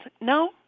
No